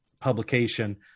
publication